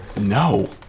No